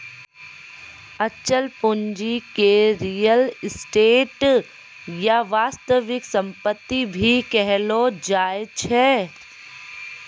अचल पूंजी के रीयल एस्टेट या वास्तविक सम्पत्ति भी कहलो जाय छै